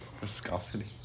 Viscosity